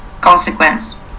consequence